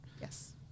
yes